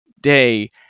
day